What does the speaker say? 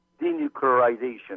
denuclearization